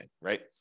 right